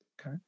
Okay